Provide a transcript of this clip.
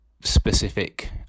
specific